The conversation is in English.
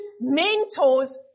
mentors